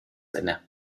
inne